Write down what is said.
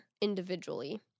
individually